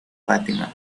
fatima